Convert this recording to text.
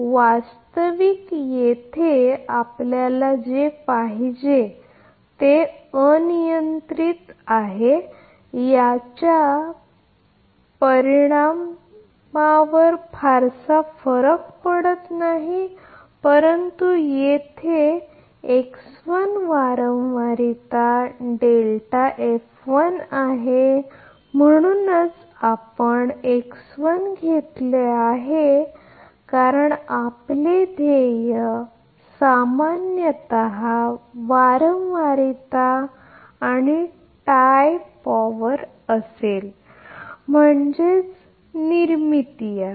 वास्तविक येथे आपल्याला जे पाहिजे ते अनियंत्रित आहे याचा परिणामावर तितकासा फरक पडत नाही परंतु येथे फ्रिक्वेन्सी आहे म्हणूनच आपण पण घेतले आहे कारण आमचे ध्येय सामान्यत फ्रिक्वेन्सी आणि टाय पॉवर असेल म्हणजेच मला पिढीला म्हणायचे आहे